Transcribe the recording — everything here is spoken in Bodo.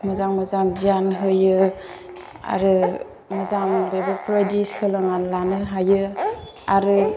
मोजां मोजां गियान होयो आरो मोजां बेफोरबायदि सोलोंनानै लानो हायो आरो